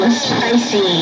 spicy